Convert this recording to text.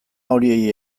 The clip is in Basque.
horiei